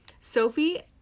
Sophie